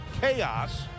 chaos